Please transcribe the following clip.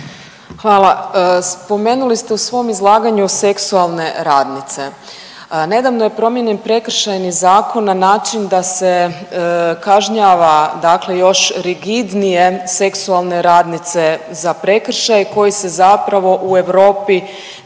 Hvala. Spomenuli ste u svom izlaganju seksualne radnice. Nedavno je promijenjen Prekršajni zakon na način da se kažnjava dakle još rigidnije seksualne radnice za prekršaj koji se zapravo u Europi